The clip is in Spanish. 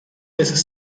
les